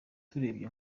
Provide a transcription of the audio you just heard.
turebye